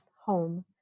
home